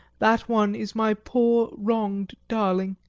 that one is my poor wronged darling.